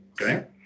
okay